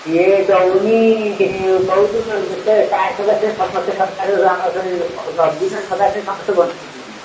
ସେ ଦେଉନି କହୁଛୁ ନବୀନ ସକାଶେ ସମସ୍ତେ ବଞ୍ଚିଛନ୍ତି